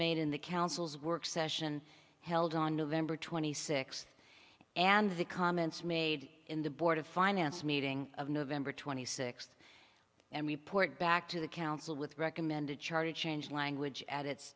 made in the council's work session held on november twenty sixth and the comments made in the board of finance meeting of november twenty sixth and report back to the council with recommended charter change language